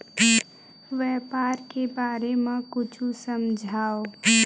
व्यापार के बारे म कुछु समझाव?